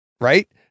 right